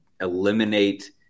eliminate